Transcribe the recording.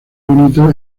bonito